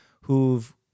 who've